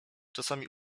czasem